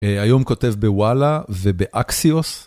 היום כותב בוואלה ובאקסיוס.